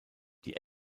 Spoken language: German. die